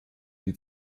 die